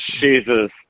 Jesus